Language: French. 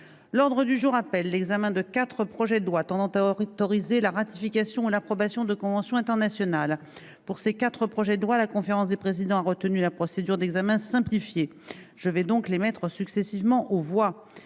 l'ordre du jour appelle l'examen de 4 projets de loi tendant Ohrid d'autoriser la ratification l'approbation de conventions internationales pour ces 4 projets de loi, la conférence des présidents a retenu la procédure d'examen simplifiée, je vais donc les maîtres successivement aux voix